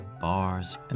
bars